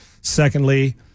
Secondly